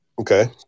Okay